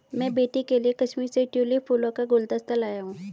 मैं बेटी के लिए कश्मीर से ट्यूलिप फूलों का गुलदस्ता लाया हुं